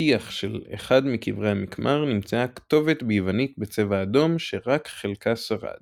טיח של אחד מקברי המקמר נמצאה כתובת ביוונית בצבע אדום שרק חלקה שרד